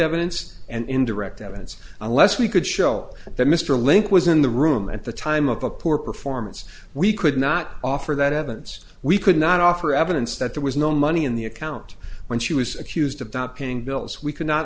evidence and indirect evidence unless we could show that mr link was in the room at the time of the poor performance we could not offer that evidence we could not offer evidence that there was no money in the account when she was accused of not paying bills we could not